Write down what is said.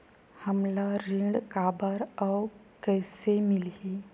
हमला ऋण काबर अउ कइसे मिलही?